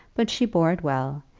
but she bore it well,